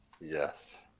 yes